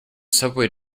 subway